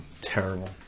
Terrible